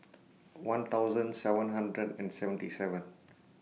one thousand seven hundred and seventy seven